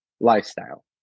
lifestyle